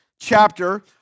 chapter